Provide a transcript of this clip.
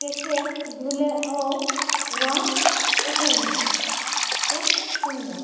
কেচে ধুলেও রঙ ওঠেনি খুব সুন্দর